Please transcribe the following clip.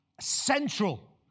Central